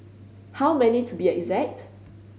how many to be exact